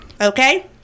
Okay